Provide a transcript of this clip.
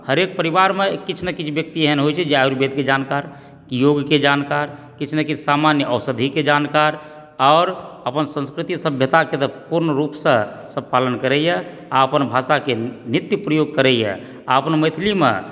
हरेक परिवारमे किछु ने किछु व्यक्ति एहन होय छै जे आयुर्वेदके जानकर योगके जानकर किछु ने किछु सामान्य औषधिके जानकार आओर अपन संस्कृति सभ्यताके तऽ पूर्ण रूपसँ सब पालन करैए आ अपन भाषाके नित्य प्रयोग करैए आ अपन मैथिलीमे